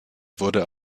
wurde